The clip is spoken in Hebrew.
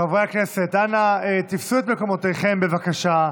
חברי הכנסת, אנא, תפסו את מקומותיכם, בבקשה.